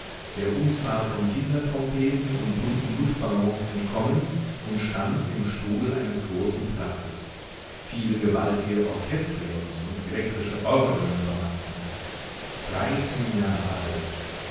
der unzahl von kindertrompeten und bunten luftballons entkommen und standen im strudel eines großen platzes viele gewaltige orchestrions und elektrische orgeln donnerten dreizehn jahre alt